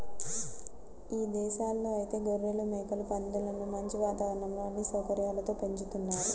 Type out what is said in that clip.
ఇదేశాల్లో ఐతే గొర్రెలు, మేకలు, పందులను మంచి వాతావరణంలో అన్ని సౌకర్యాలతో పెంచుతున్నారు